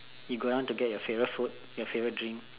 you go down to get your favourite food your favourite drink